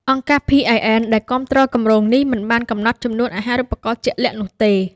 អង្គការ PIN ដែលគាំទ្រគម្រោងនេះ មិនបានកំណត់ចំនួនអាហារូបករណ៍ជាក់លាក់នោះទេ។